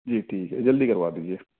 جی ٹھیک ہے جلدی کروا دیجیے